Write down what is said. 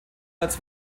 als